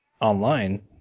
online